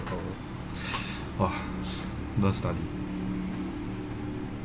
!wah! don't wan study